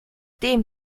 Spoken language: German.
dem